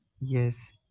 Yes